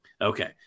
okay